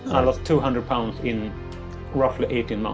i lost two hundred pounds in roughly eighteen months.